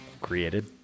created